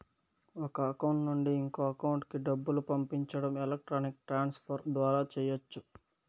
ఒక అకౌంట్ నుండి ఇంకో అకౌంట్ కి డబ్బులు పంపించడం ఎలక్ట్రానిక్ ట్రాన్స్ ఫర్ ద్వారా చెయ్యచ్చు